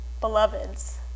Beloveds